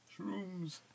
Shrooms